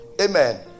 Amen